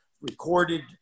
recorded